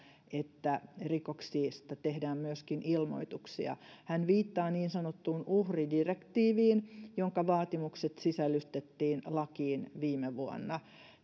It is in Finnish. että rikoksista tehdään myöskin ilmoituksia hän viittaa niin sanottuun uhridirektiiviin jonka vaatimukset sisällytettiin lakiin viime vuonna